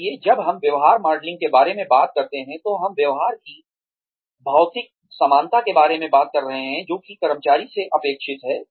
इसलिए जब हम व्यवहार मॉडलिंग के बारे में बात करते हैं तो हम व्यवहार की भौतिक समानता के बारे में बात कर रहे हैं जो कि कर्मचारी से अपेक्षित है